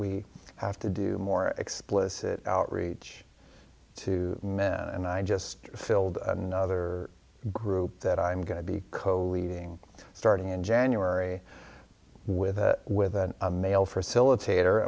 we have to do more explicit outreach to men and i just filled another group that i'm going to be co leading starting in january with a with a mail facilit